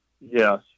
Yes